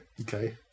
Okay